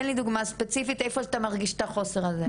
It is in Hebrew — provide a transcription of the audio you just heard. תן לי דוגמא ספציפית איפה אתה מרגיש את החוסר הזה.